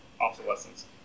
obsolescence